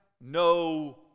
no